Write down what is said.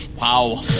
Wow